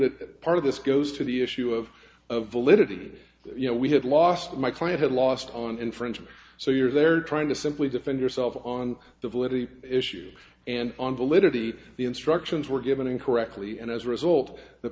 that part of this goes to the issue of validity you know we had lost my client had lost on in french so you're there trying to simply defend yourself on the validity issue and on validity the instructions were given incorrectly and as a result the